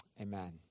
amen